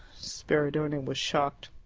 spiridione was shocked.